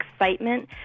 excitement